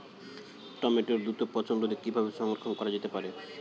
টমেটোর দ্রুত পচনরোধে কিভাবে সংরক্ষণ করা যেতে পারে?